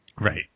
Right